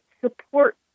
support